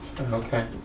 Okay